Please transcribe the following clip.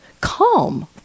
calm